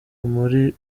muri